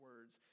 words